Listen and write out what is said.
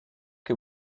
que